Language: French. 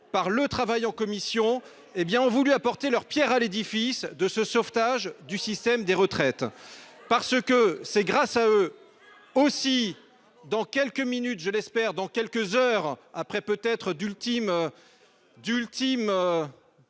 par le travail en commission hé bien ont voulu apporter leur Pierre à l'édifice de ce sauvetage du système des retraites parce que c'est grâce à eux. Aussi dans quelques minutes, je l'espère, dans quelques heures après peut être d'ultimes.